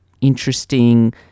interesting